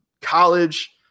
college